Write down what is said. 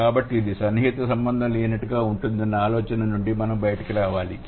కాబట్టి ఇది సన్నిహిత సంబంధం లేనట్టుగా ఉందన్న ఆలోచన నుండి మనం బయటకు రావాలి